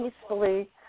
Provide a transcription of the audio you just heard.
peacefully